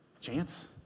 Chance